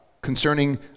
concerning